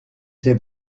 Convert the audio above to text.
ces